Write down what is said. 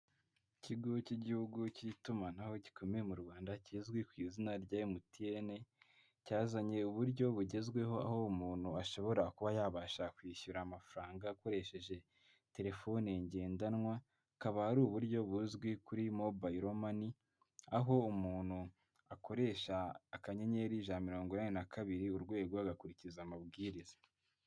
Ikigo cy'igihugu cy'itumanaho gikomeye mu rwanda kizwi ku izina rya Emutiyeni cyazanye uburyo bugezweho aho umuntu ashobora kuba yabasha kwishyura amafaranga akoresheje telefone ngendanwa akaba ari uburyo buzwi kuri mobile money aho umuntu akoresha akanyenyeri ijana na mirongo inane na kabiri urwego agakurikiza amabwiriza.